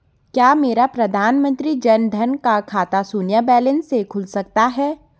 क्या मेरा प्रधानमंत्री जन धन का खाता शून्य बैलेंस से खुल सकता है?